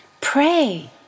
Pray